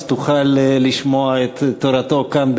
אז תוכל לשמוע את תורתו כאן,